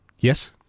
Yes